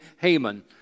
Haman